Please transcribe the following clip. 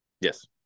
Yes